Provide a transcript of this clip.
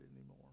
anymore